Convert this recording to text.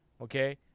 okay